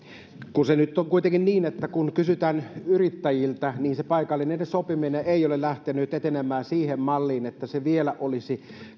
kun se nyt on kuitenkin niin että kun kysytään yrittäjiltä niin se paikallinen sopiminen ei ole lähtenyt etenemään siihen malliin että se vielä olisi